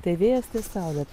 tai vėjas tai saulė